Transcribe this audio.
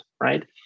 right